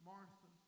Martha